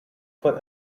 for